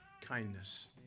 kindness